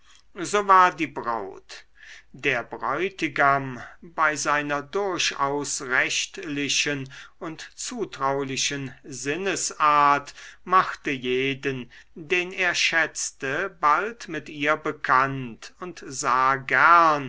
so war die braut der bräutigam bei seiner durchaus rechtlichen und zutraulichen sinnesart machte jeden den er schätzte bald mit ihr bekannt und sah